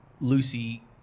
Lucy